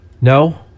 No